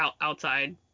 outside